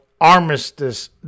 Armistice